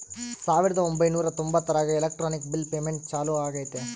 ಸಾವಿರದ ಒಂಬೈನೂರ ತೊಂಬತ್ತರಾಗ ಎಲೆಕ್ಟ್ರಾನಿಕ್ ಬಿಲ್ ಪೇಮೆಂಟ್ ಚಾಲೂ ಆಗೈತೆ